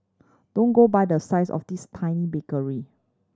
don't go by the size of this tiny bakery